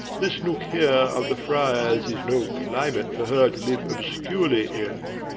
this nook, here, of the friars is no climate for her to live obscurely in,